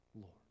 Lord